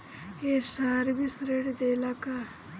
ये सर्विस ऋण देला का?